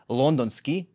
londonski